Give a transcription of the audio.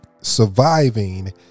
surviving